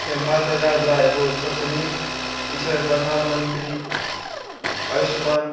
एखन भारत सरकार द्वारा एगो सभसँ नीक ई छलनि प्रधानमन्त्री आयुष्मान